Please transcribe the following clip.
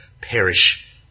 perish